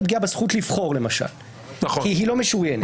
פגיעה בזכות לבחור כי היא לא משוריינת.